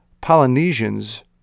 Polynesians